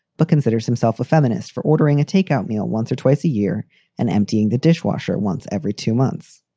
but considers himself a feminist for ordering a takeout meal once or twice a year and emptying the dishwasher once every two months.